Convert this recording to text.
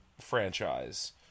franchise